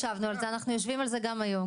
אנחנו יושבים על זה גם היום,